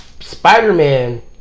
Spider-Man